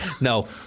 No